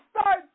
start